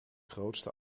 grootste